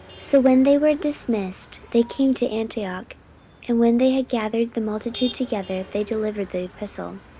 so when they were dismissed, they came to antioch and when they had gathered the multitude together, they delivered the epistle